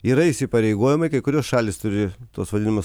yra įsipareigojimai kai kurios šalys turi tuos vadinamus